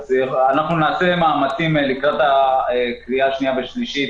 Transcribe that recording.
נעשה מאמצים לקראת הקריאה השנייה והשלישית